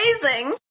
Amazing